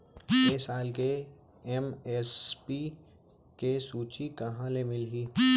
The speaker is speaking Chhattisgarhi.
ए साल के एम.एस.पी के सूची कहाँ ले मिलही?